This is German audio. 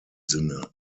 sinne